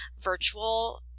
virtual